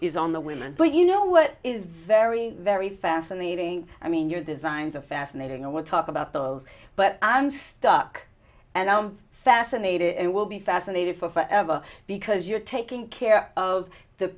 is on the women but you know what is very very fascinating i mean your designs are fascinating and we're talk about the world but i'm stuck and i'm fascinated and will be fascinated for forever because you're taking care of the